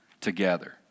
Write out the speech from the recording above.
together